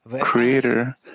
Creator